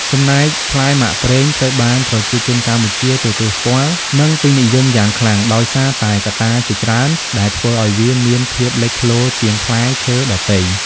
ចំណែក ផ្លែមាក់ប្រេងត្រូវបានប្រជាជនកម្ពុជាទទួលស្គាល់ និងពេញនិយមយ៉ាងខ្លាំង ដោយសារតែកត្តាជាច្រើនដែលធ្វើឲ្យវាមានភាពលេចធ្លោជាងផ្លែឈើដទៃ។